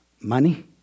Money